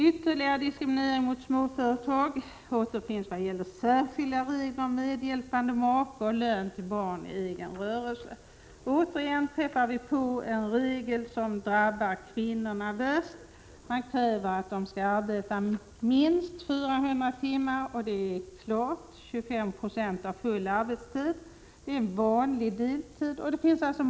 Ytterligare diskriminering mot småföretag finns i de särskilda reglerna om medhjälpande make och lön till barn i egen rörelse. Återigen träffar vi på en regel som drabbar kvinnorna värst. Det krävs att de skall arbeta minst 400 timmar per år, och det är 25 90 av full arbetstid. Det är en vanlig deltidstjänstgöring.